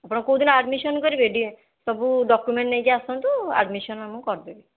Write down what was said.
ଆପଣ କେଉଁ ଦିନ ଆଡ଼୍ମିସନ୍ କରିବେ ସବୁ ଡକୁମେଣ୍ଟ୍ ନେଇକି ଆସନ୍ତୁ ଆଡ଼୍ମିସନ୍ ମୁଁ କରିଦେବି